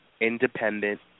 independent